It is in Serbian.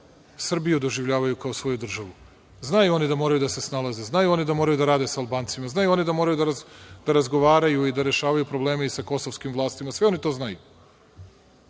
Srbiju doživljavaju kao svoju državu. Znaju oni da moraju da se snalaze, znaju oni da moraju da rade sa Albancima, znaju oni da moraju da razgovaraju i da rešavaju probleme i sa kosovskim vlastima, sve oni to znaju,